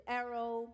arrow